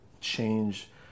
change